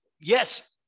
yes